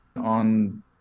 on